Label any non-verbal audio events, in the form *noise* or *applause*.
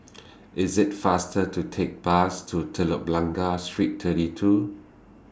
*noise* It's faster to Take The Bus to Telok Blangah Street thirty two